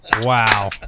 Wow